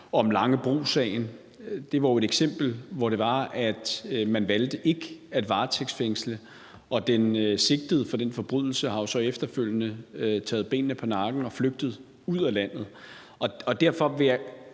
om Langebrosagen, og det var et eksempel, hvor man valgte ikke at varetægtsfængsle, og den sigtede for den forbrydelse har jo så efterfølgende taget benene på nakken og er flygtet ud af landet.